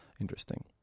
interesting